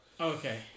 Okay